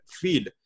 field